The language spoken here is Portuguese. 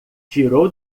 tirou